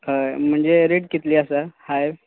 हय म्हणजे रेट कितली आसा हाय